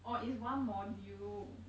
orh is one module